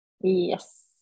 Yes